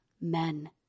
men